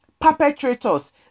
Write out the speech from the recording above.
perpetrators